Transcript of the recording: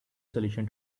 solution